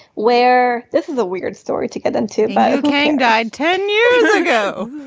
where this is a weird story to get them to buy a game died ten years ago